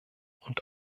und